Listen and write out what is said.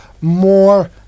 more